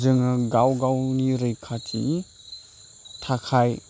जोङो गाव गावनि रैखथिनि थाखाय